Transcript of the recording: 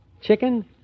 Chicken